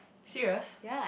serious